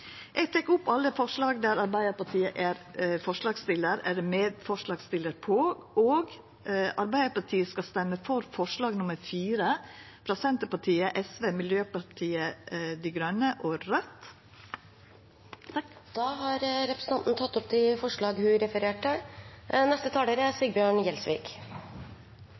Eg tek opp alle forslaga der Arbeidarpartiet er medforslagsstillar. Arbeidarpartiet skal røysta for forslag nr. 4, frå Senterpartiet, SV, Miljøpartiet Dei Grøne og Raudt. Representanten Ingrid Heggø har tatt opp de forslagene hun refererte til. Statistisk sentralbyrå er